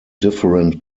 different